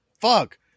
fuck